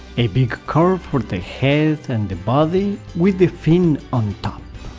a big curve for the head and the body with the fin on top,